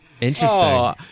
interesting